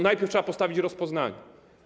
Najpierw trzeba postawić rozpoznanie.